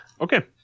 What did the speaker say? Okay